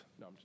No